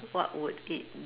what would it